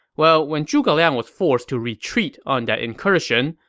well, when zhuge liang was forced to retreat on that incursion,